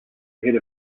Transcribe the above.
ahead